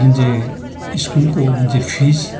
जुन चाहिँ स्कुलको जुन चाहिँ फिस